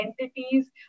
entities